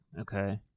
Okay